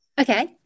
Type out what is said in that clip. okay